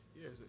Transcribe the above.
yes